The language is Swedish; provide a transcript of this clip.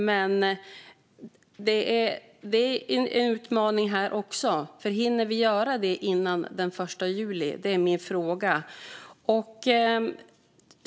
Men här finns också en utmaning. Hinner vi göra detta före den 1 juli? Det är min fråga.